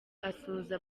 asuhuza